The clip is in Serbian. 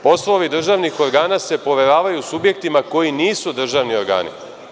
Poslovi državnih organa se poveravaju subjektima koji nisu državni organi.